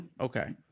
Okay